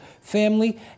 family